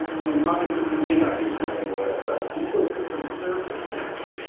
some topics that you may not be familiar with ecosystem services.